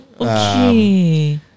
Okay